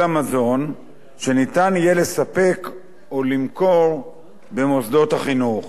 המזון שניתן יהיה לספק או למכור למוסדות החינוך.